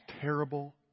terrible